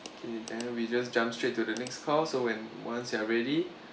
okay and then we just jump straight to the next call so when once you are ready